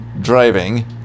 driving